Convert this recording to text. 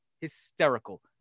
hysterical